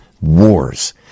wars